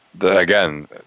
again